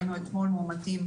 ראינו אתמול מאומתים,